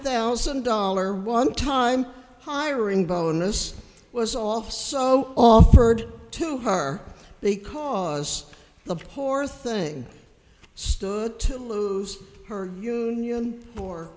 thousand dollar one time hiring bonus was all so offered to car because the poor thing stood to lose her union or